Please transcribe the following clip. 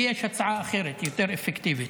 לי יש הצעה אחרת, יותר אפקטיבית: